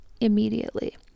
immediately